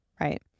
right